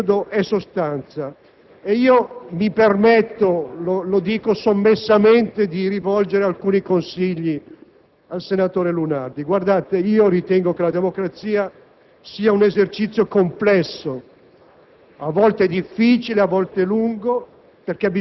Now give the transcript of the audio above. E allora, guardate che in politica il metodo è sostanza e mi permetto, lo dico sommessamente, di rivolgere alcuni consigli al senatore Lunardi. Ritengo che la democrazia sia un esercizio complesso,